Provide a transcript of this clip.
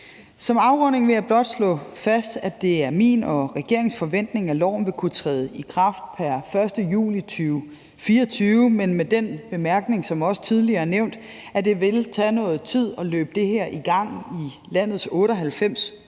Som afrunding vil jeg blot slå fast, at det er min og regeringens forventning, at loven vil kunne træde i kraft pr. 1. juli 2024, men med den bemærkning, som også tidligere er nævnt, at det vil tage noget tid at løbe det her i gang i landets 98